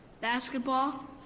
basketball